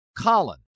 Colin